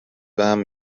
بهم